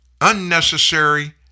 unnecessary